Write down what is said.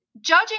judging